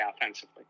offensively